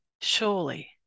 Surely